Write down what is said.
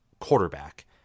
quarterback